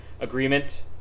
agreement